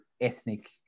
ethnic